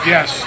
Yes